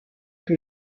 que